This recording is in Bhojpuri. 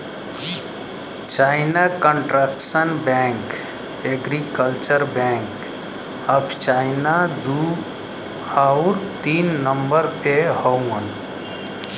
China construction bank, agriculture bank of China दू आउर तीन नम्बर पे हउवन